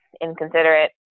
inconsiderate